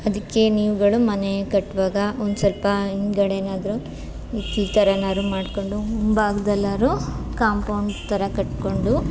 ಅದಕ್ಕೆ ನೀವುಗಳು ಮನೆ ಕಟ್ಟುವಾಗ ಒಂದು ಸ್ವಲ್ಪ ಹಿಂದ್ಗಡೆನಾದ್ರು ಈ ಈ ಥರನಾದ್ರು ಮಾಡ್ಕೊಂಡು ಮುಂಭಾಗ್ದಲ್ಲಾದ್ರು ಕಾಂಪೌಂಡ್ ಥರ ಕಟ್ಟಿಕೊಂಡು